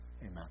Amen